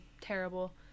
terrible